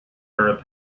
arab